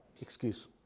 excuse